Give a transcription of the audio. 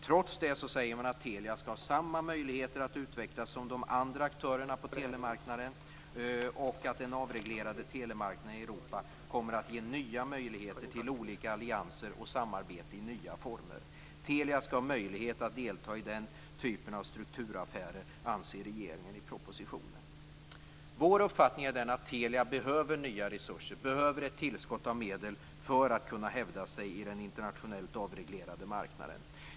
Trots det säger man att Telia skall ha samma möjligheter att utvecklas som de andra aktörerna på telemarknaden och att den avreglerade telemarknaden i Europa kommer att ge nya möjligheter till olika allianser och samarbete i nya former. Telia skall ha möjlighet att delta i den typen av strukturaffärer, anser regeringen i propositionen. Vår uppfattning är den att Telia behöver nya resurser och ett tillskott av medel för att kunna hävda sig på den internationellt avreglerade marknaden.